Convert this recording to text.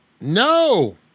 No